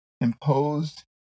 imposed